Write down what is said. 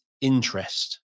interest